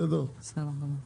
בסדר גמור.